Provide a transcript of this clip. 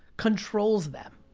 controls them.